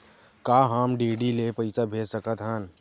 का हम डी.डी ले पईसा भेज सकत हन?